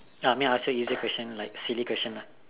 I mean I'll ask you easier questions like silly questions lah